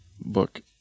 book